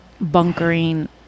bunkering